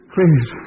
Please